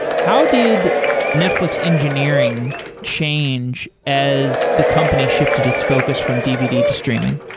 how did netflix engineering change as the company shifted its focus from dvd to streaming?